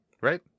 Right